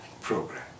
program